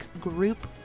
group